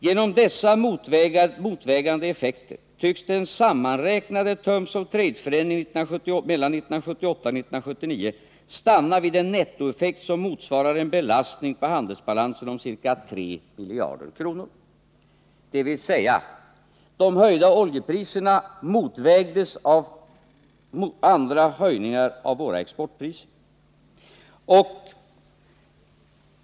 Genom dessa motvägande effekter tycks den sammanräknade terms of trade-förändringen 1978-1979 stanna vid en nettoeffekt som motsvarar en belastning på handelsbalansen om ca 3 miljarder kr.” — dvs. de höjda oljepriserna motvägdes av andra höjningar av våra exportpriser.